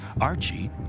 Archie